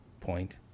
point